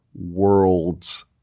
worlds